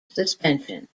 suspension